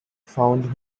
found